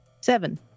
Seven